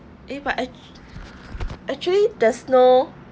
eh but actual actually there's no